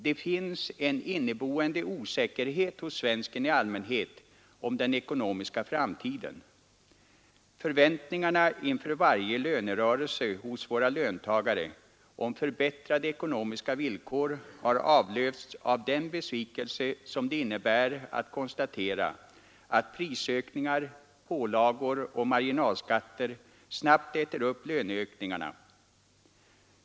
Det finns en inneboende osäkerhet hos svensken i allmänhet om den ekonomiska framtiden. Förväntningarna inför varje lönerörelse hos våra löntagare om förbättrade ekonomiska villkor har avlösts av den besvikelse som det innebär att konstatera att prisökningar, pålagor och marginalskatter snabbt äter upp löneökningarna.